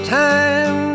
time